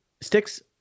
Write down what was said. sticks